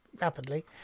rapidly